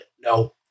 No